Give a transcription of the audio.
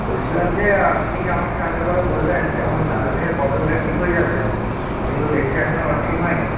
বলছিলাম যে আপনি আমাকে আগেরবারে বললেন যে আমার নার্ভের প্রবলেমটা ঠিক হয়ে যাবে কিন্তু দেখছি এখনও ঠিক হয়নি